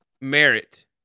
merit